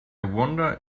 wonder